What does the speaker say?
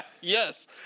Yes